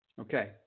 Okay